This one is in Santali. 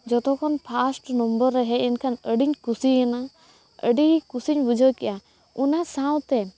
ᱡᱚᱛᱚᱠᱷᱚᱱ ᱯᱷᱟᱥᱴ ᱱᱚᱢᱵᱚᱨ ᱨᱮ ᱦᱮᱡ ᱮᱱᱠᱷᱟᱱ ᱟᱹᱰᱤᱧ ᱠᱩᱥᱤᱭᱮᱱᱟ ᱟᱹᱰᱤ ᱠᱩᱥᱤᱧᱵᱩᱡᱷᱟᱹᱣ ᱠᱮᱜᱼᱟ ᱚᱱᱟ ᱥᱟᱶᱛᱮ